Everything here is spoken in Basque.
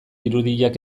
irudiak